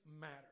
matter